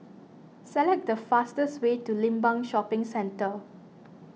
select the fastest way to Limbang Shopping Centre